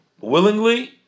willingly